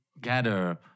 gather